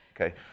Okay